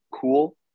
cool